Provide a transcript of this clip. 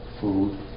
food